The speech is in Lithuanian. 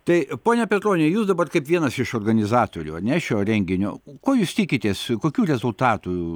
tai pone petroni jūs dabar kaip vienas iš organizatorių ar ne šio renginio ko jūs tikitės kokių rezultatų